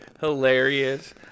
hilarious